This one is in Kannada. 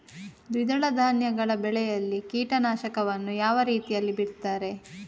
ದ್ವಿದಳ ಧಾನ್ಯಗಳ ಬೆಳೆಯಲ್ಲಿ ಕೀಟನಾಶಕವನ್ನು ಯಾವ ರೀತಿಯಲ್ಲಿ ಬಿಡ್ತಾರೆ?